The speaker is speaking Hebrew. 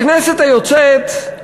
בכנסת היוצאת,